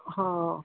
ਹਾਂ